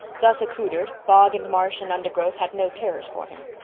thus accoutered, bog and marsh and undergrowth had no terrors for him.